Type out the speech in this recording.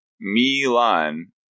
Milan